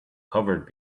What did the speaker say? covered